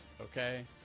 okay